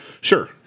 Sure